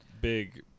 big